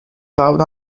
loud